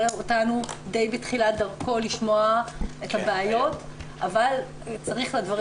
אותנו די בתחילת דרכו לשמוע את הבעיות אבל צריך לדברים